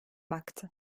baktı